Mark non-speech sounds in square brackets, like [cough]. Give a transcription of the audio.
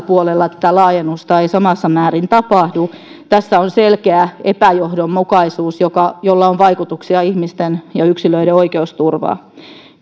[unintelligible] puolella tätä laajennusta ei samassa määrin tapahdu tässä on selkeä epäjohdonmukaisuus jolla on vaikutuksia ihmisten ja yksilöiden oikeusturvaan tämä